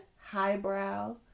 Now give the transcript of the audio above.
highbrow